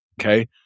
Okay